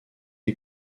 les